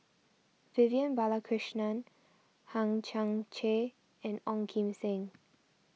Vivian Balakrishnan Hang Chang Chieh and Ong Kim Seng